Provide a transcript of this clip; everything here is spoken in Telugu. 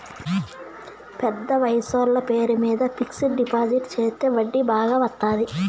పెద్ద వయసోళ్ల పేరు మీద ఫిక్సడ్ డిపాజిట్ చెత్తే వడ్డీ బాగా వత్తాది